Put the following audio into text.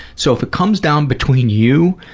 so if it comes down between you,